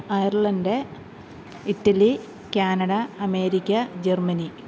Ireland Italy Canada America Germany